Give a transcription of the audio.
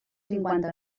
cinquanta